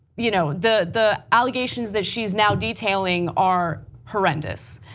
you know the the allegations that she is now detailing our horrendous.